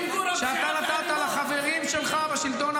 שהעברת שוטף